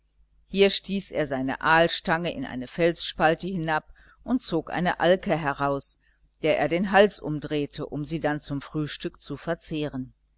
hier stieß er seine aalstange in eine felsspalte hinab und zog eine alke heraus der er den hals umdrehte um sie dann zum frühstück zu verzehren